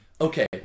okay